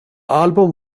album